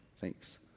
Thanks